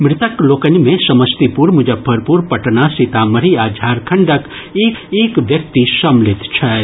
मृतक लोकनि मे समस्तीपुर मुजफ्फरपुर पटना सीतामढ़ी आ झारखंडक एक एक व्यक्ति सम्मिलित छथि